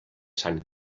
sant